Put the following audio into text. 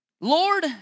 Lord